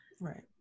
right